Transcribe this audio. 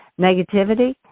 negativity